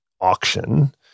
auction